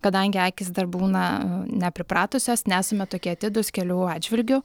kadangi akys dar būna nepripratusios nesame tokie atidūs kelių atžvilgiu